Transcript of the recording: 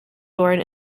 born